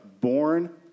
born